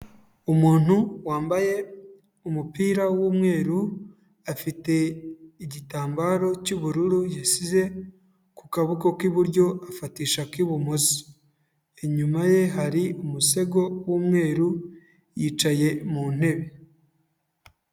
Umuntu wambaye umupira w'umweru, afite igitambaro cy'ubururu yasize ku kaboko k'iburyo afatisha ak'ibumoso, inyuma ye hari umusego w'umweru yicaye mu ntebe.